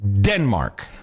Denmark